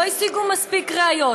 לא השיגו מספיק ראיות,